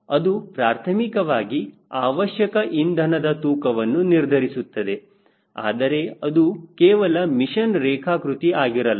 ಅದು ಪ್ರಾಥಮಿಕವಾಗಿ ಅವಶ್ಯಕ ಇಂಧನದ ತೂಕವನ್ನು ನಿರ್ಧರಿಸುತ್ತದೆ ಆದರೆ ಅದು ಕೇವಲ ಮಿಷನ್ ರೇಖಾಕೃತಿ ಆಗಿರಲ್ಲ